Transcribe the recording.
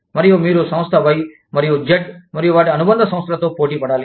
మరియు మీరు సంస్థ Y మరియు Z మరియు వాటి అనుబంధ సంస్థలతో పోటీ పడాలి